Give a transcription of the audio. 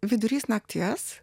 vidurys nakties